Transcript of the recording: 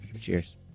Cheers